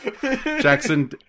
Jackson